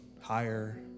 higher